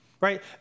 Right